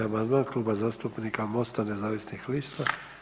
105. amandman Kluba zastupnika MOST-a nezavisnih lista.